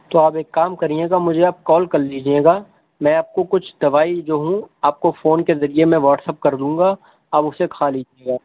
تو آپ ایک کام کریے گا مجھے آپ کال کر لیجیے گا میں آپ کو کچھ دوائی جو ہوں آپ کو فون کے ذریعے میں واٹس ایپ کر دوں گا آپ اسے کھا لیجیے گا